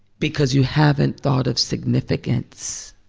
because you haven't thought of significance.